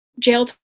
jail